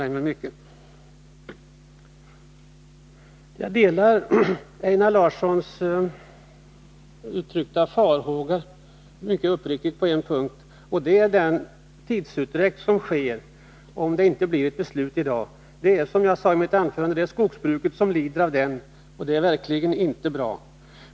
Jag delar mycket uppriktigt Einar Larssons uttryckta farhågor på en punkt, beträffande den tidsutdräkt som det blir om vi inte fattar beslut i dag. Det är, som jag sade i mitt anförande, skogsbruket som lider av detta, och det är verkligen inte bra.